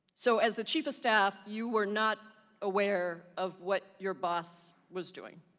so as the chief of staff you were not aware of what your boss was doing?